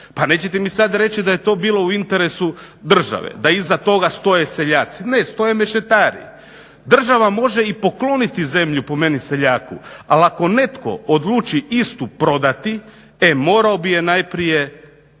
Pa nećete mi sad reći da je to bilo u interesu države, da iza toga stoje seljaci? Ne, stoje mešetari. Država može i pokloniti zemlju po meni seljaku, ali ako netko odluči istu prodati, e morao bi je najprije